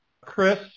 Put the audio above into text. Chris